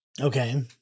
Okay